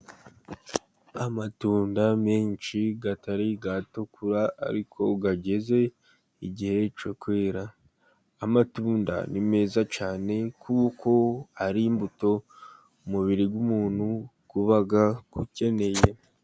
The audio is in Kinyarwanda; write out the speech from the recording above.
Amatunda menshi atari yatukura ariko ageze igihe cyo kwera. Amatunda ni meza cyane kuko ari imbuto umubiri w'umuntu uba ukeneye.